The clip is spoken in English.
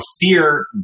fear